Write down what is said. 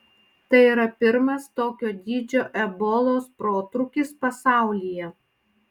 tai yra pirmas tokio dydžio ebolos protrūkis pasaulyje